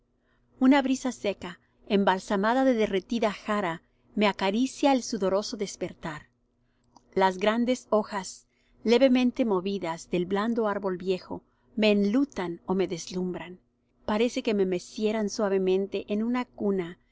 una brisa seca embalsamada de derretida jara me acaricia el sudoroso despertar las grandes hojas levemente movidas del blando árbol viejo me enlutan ó me deslumbran parece que me mecieran suavemente en una cuna